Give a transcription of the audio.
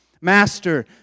master